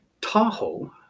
Tahoe